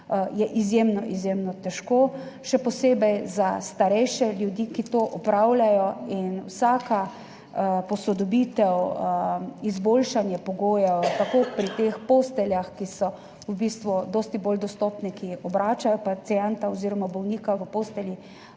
izjemno težko, še posebej za starejše ljudi, ki to opravljajo. Vsaka posodobitev, izboljšanje pogojev tako pri teh posteljah, ki so v bistvu dosti bolj dostopne, ki obračajo pacienta oziroma bolnika v postelji,